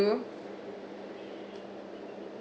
to